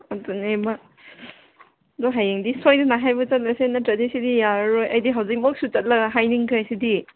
ꯑꯗꯨꯅꯦꯕ ꯑꯗꯣ ꯍꯌꯦꯡꯗꯤ ꯁꯣꯏꯗꯅ ꯍꯥꯏꯕ ꯆꯠꯂꯁꯦ ꯅꯠꯇ꯭ꯔꯗꯤ ꯁꯤꯗꯤ ꯌꯥꯔꯔꯣꯏ ꯑꯩꯗꯤ ꯍꯧꯖꯤꯛꯃꯛꯁꯨ ꯆꯠꯂꯒ ꯍꯥꯏꯅꯤꯡꯈ꯭ꯔꯦ ꯁꯤꯗꯤ